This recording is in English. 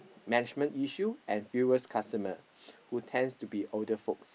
management issue and fewer customer who tends to be older folks